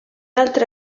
altre